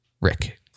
Rick